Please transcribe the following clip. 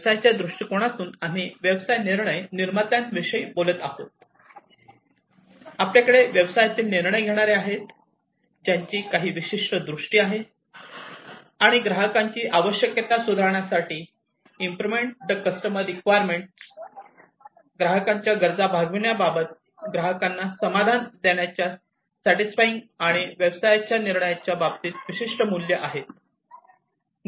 व्यवसायाच्या दृष्टीकोनातून आम्ही व्यवसाय निर्णय निर्मात्यांविषयी बोलत आहोत आपल्याकडे व्यवसायातील निर्णय घेणारे आहेत ज्यांची काही विशिष्ट दृष्टी आहे आणि ग्राहकांची आवश्यकता सुधारण्यासाठी ग्राहकांच्या गरजा भागविण्याबाबत ग्राहकांना समाधान देण्याच्या आणि व्यवसायाच्या निर्णयाच्या बाबतीत विशिष्ट मूल्ये आहेत